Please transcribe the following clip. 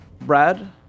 Brad